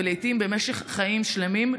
ולעיתים במשך חיים שלמים,